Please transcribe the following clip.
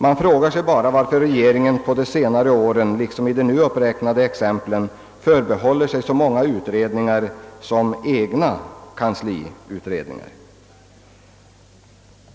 Man frågar sig bara varför regeringen under senare år, liksom i de nu uppräknade exemplen, förbehåller sig så många utredningar som egna kansliutredningar.